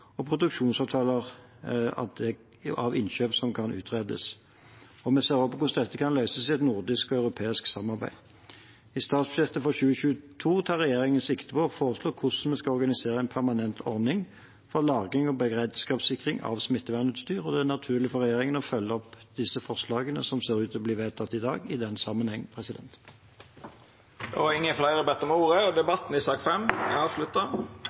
og produksjonsavtaler av innkjøp som kan utredes. Vi ser også på hvordan dette kan løses i et nordisk–europeisk samarbeid. I statsbudsjettet for 2022 tar regjeringen sikte på å foreslå hvordan vi skal organisere en permanent ordning for lagring og beredskapssikring av smittevernutstyr, og det er naturlig for regjeringen å følge opp disse forslagene som ser ut til å bli vedtatt i dag, i den sammenheng. Fleire har ikkje bedt om ordet til sak nr. 5. Stortinget er